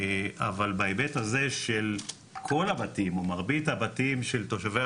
אבל בהיבט הזה של כל הבתים או מרבית הבתים של תושבי